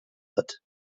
hat